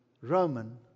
Roman